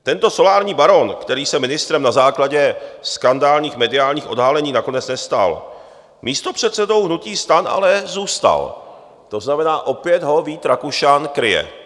Tento solární baron, který se ministrem na základě skandálních mediálních odhalení nakonec nestal, místopředsedou hnutí STAN ale zůstal, to znamená, opět ho Vít Rakušan kryje.